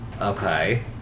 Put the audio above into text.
Okay